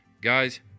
guys